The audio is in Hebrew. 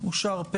אישור התקנות?